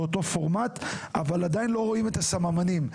אבל עדיין לא רואים את הסממנים,